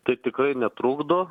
tai tikrai netrukdo